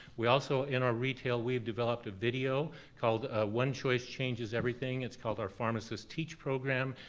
we also in our retail, we've developed a video called one choice changes everything, it's called our pharmacists teach program.